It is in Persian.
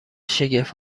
شگفت